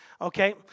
Okay